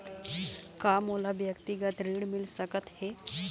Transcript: का मोला व्यक्तिगत ऋण मिल सकत हे?